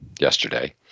yesterday